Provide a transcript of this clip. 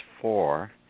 four